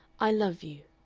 i love you.